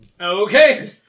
Okay